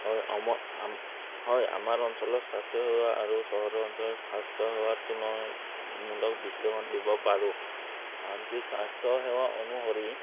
হয় হয় আমাৰ অঞ্চলৰ স্বাস্থ্যসেৱা আৰু চহৰৰ অঞ্চলৰ স্বাস্থ্যসেৱাৰ তুললামূলক বিশ্লেষণ দিব পাৰোঁ কাৰণ কি স্বাস্থ্যসেৱা অনুসৰি